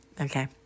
okay